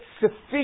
sufficient